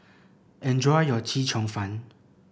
enjoy your Chee Cheong Fun